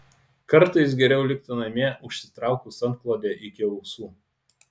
kartais geriau likti namie užsitraukus antklodę iki ausų